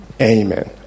Amen